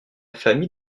famille